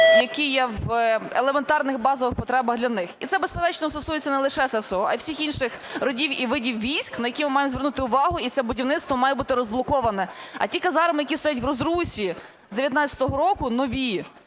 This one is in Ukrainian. які є в елементарних базових потребах для них. І це, безперечно, стосується не лише ССО а всіх інших родів і видів військ, на які ми маємо звернути увагу і це будівництво має бути розблоковане. А ті казармам, які стоять в розрусі з 2019 року, нові,